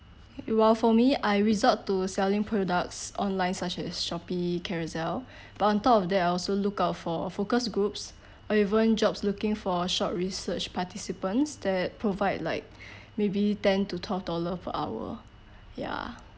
well for me I resort to selling products online such as shopee carousell but on top of that I also look out for focus groups or even jobs looking for short research participants that provide like maybe ten to twelve dollar per hour ya